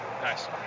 nice